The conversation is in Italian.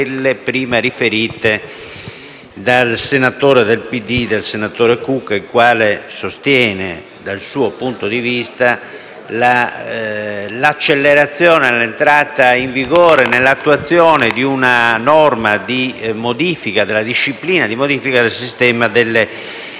prima riferite dal senatore Cucca del PD, il quale sostiene, dal suo punto di vista, l'accelerazione dell'entrata in vigore dell'attuazione di una norma di modifica della disciplina del sistema delle